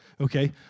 okay